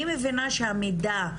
אתם תגישו לי בקרוב את ההמלצות.